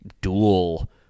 dual